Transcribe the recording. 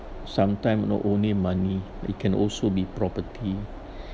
sometime not only money it can also be property